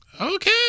okay